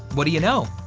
what do you know,